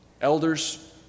elders